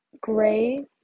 gray